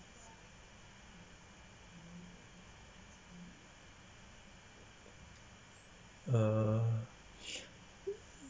uh uh